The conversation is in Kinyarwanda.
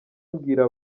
mbwira